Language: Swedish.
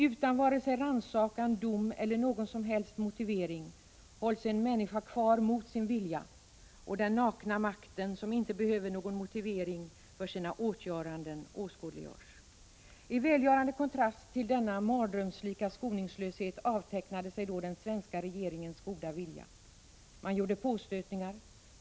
Utan vare sig rannsakan, dom eller någon som helst motivering hålls en människa kvar mot sin vilja, och den nakna makten, som inte behöver någon motivering för sina åtgöranden, åskådliggörs. I välgörande kontrast till denna mardrömslika skoningslöshet avtecknade sig den svenska regeringens goda vilja. Man gjorde påstötningar.